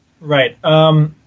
Right